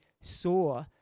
saw